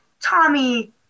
tommy